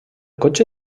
cotxe